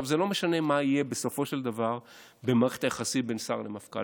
זה לא משנה מה יהיה בסופו של דבר במערכת היחסים בין שר למפכ"ל.